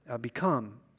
become